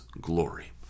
glory